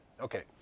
Okay